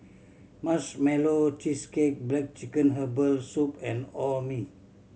Marshmallow Cheesecake black chicken herbal soup and Orh Nee